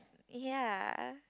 ya